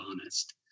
honest